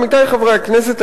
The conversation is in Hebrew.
עמיתי חברי הכנסת,